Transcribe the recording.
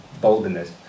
boldness